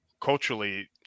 culturally